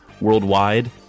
worldwide